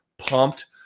pumped